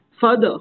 further